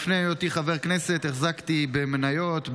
לפני היותי חבר כנסת החזקתי במניות,